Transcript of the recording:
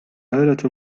آلة